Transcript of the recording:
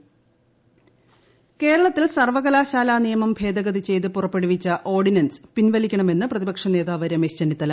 ചെന്നിത്തല കേരളത്തിൽ സർവ്വകലാശാലാ നിയമം ഭേദഗതി ചെയ്ത് പുറപ്പെടുവിച്ച ഓർഡിനൻസ് പിൻവലിക്കണമെന്ന് പ്രതിപക്ഷ നേതാവ് രമേശ് ചെന്നിത്തല